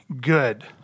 good